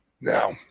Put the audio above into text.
Now